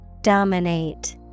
Dominate